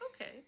Okay